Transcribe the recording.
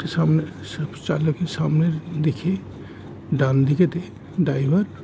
এক সামনে চালকের সামনের দেখে ডানদিকেতে ড্রাইভার